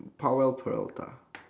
powell-peralta